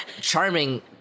charming